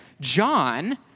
John